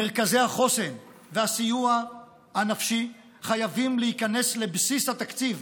מרכזי החוסן והסיוע הנפשי חייבים להיכנס לבסיס התקציב,